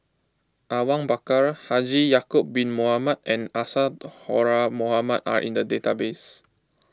Awang Bakar Haji Ya'Acob Bin Mohamed and Isadhora Mohamed are in the database